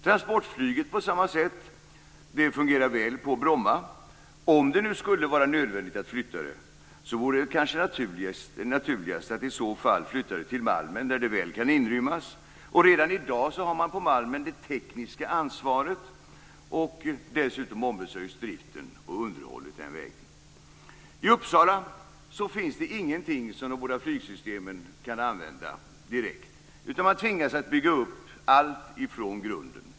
Transportflyget fungerar också väl på Bromma. Om det nu skulle vara nödvändigt att flytta det kanske det i så fall vore naturligast att flytta det till Malmen, där det väl kan inrymmas. Redan i dag har man på Malmen det tekniska ansvaret, och dessutom ombesörjs driften och underhållet den vägen. I Uppsala finns det ingenting som de båda flygsystemen kan använda direkt, utan man tvingas bygga upp allt från grunden.